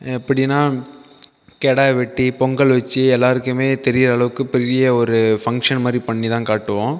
எப்படின்னா கிடா வெட்டி பொங்கல் வச்சு எல்லாருக்குமே தெரிகிற அளவுக்கு பெரிய ஒரு ஃபங்க்ஷன் மாதிரி பண்ணிதான் காட்டுவோம்